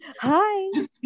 hi